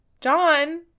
John